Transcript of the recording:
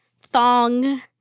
thong